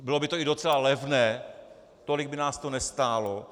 Bylo by to i docela levné, tolik by nás to nestálo.